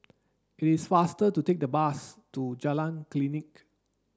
it is faster to take a bus to Jalan Klinik